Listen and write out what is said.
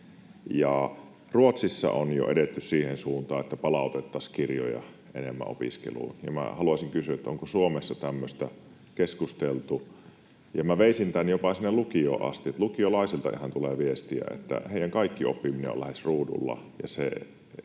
Ruotsissa on jo edetty siihen suuntaan, että palautettaisiin enemmän kirjoja opiskeluun. Minä haluaisin kysyä, onko Suomessa tämmöisestä keskusteltu. Minä veisin tämän jopa sinne lukioon asti. Ihan lukiolaisilta tulee viestiä, että lähes kaikki heidän oppimisensa on ruudulta